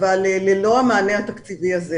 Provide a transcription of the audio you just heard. אנחנו לא הפסקנו לפעול אבל ללא המענה התקציבי הזה,